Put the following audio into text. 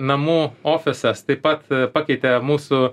namų ofisas taip pat pakeitė mūsų